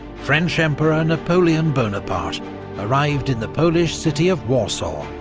french emperor napoleon bonaparte arrived in the polish city of warsaw,